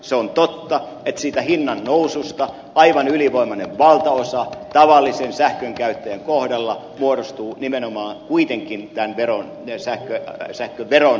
se on totta että siitä hinnannoususta aivan ylivoimainen valtaosa tavallisen sähkönkäyttäjän kohdalla muodostuu nimenomaan kuitenkin tämän sähköveron noususta